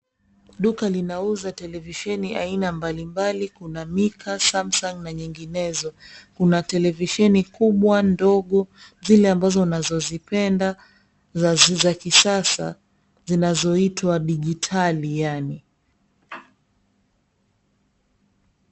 Duka linauza televisheni aina mbalimbali kuna Mika, Samsung na nyinginezo. Kuna televisheni kubwa na ndogo zile ambazo unazozipenda za kisasa zinazoitwa dijitali yani.